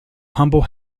humble